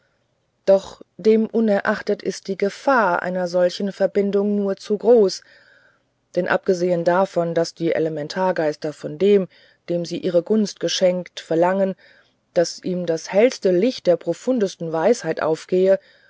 doch demunerachtet ist die gefahr einer solchen verbindung nur zu groß denn abgesehen davon daß die elementargeister von dem dem sie ihre gunst geschenkt verlangen daß ihm das hellste licht der profundesten weisheit aufgehe